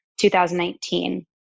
2019